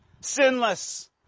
Sinless